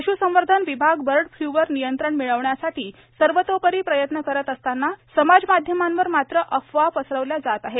पश्संवर्धन विभाग बर्ड फ्ल्यूवर नियंत्रण मिळविण्यासाठी सर्वतोपरी प्रयत्न करत असताना समाजमाध्यमांवर मात्र अफवा पसरविल्या जात आहेत